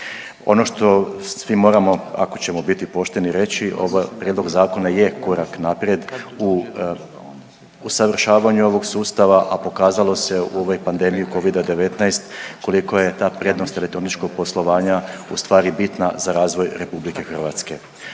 Ono što svi moramo, ako ćemo biti pošteni reći, ovaj Prijedlog zakona je korak naprijed u usavršavanju ovog sustava, a pokazalo se u ovoj pandemiji Covida-19 koliko je ta prednost elektroničkog poslovanja ustvari bitna za razvoj RH. Što se